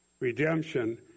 redemption